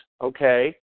okay